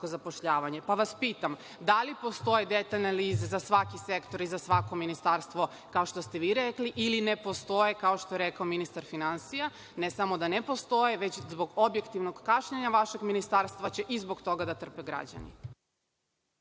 vas, da li postoje detaljne analize za svaki sektor i za svako ministarstvo, kao što ste vi rekli ili ne postoje, kao što je rekao ministar finansija? Ne samo da ne postoje, već zbog objektivnog kašnjenja vašeg ministarstva će i zbog toga da trpe građani.